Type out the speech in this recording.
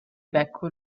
becco